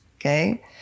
okay